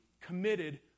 committed